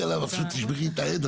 זה לא שלב שתשברי את העד,